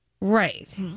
Right